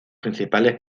principales